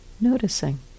noticing